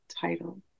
title